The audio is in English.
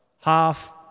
half